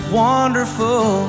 wonderful